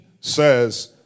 says